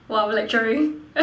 while lecturing